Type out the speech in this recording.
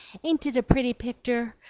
ain't it a pretty picter?